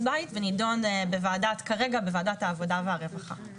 בית ונידון כרגע בוועדת העבודה והרווחה.